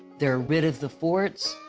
they're rid of the forts.